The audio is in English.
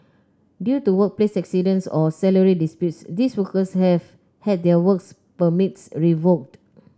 due to workplace accidents or salary disputes these workers have had their works permits revoked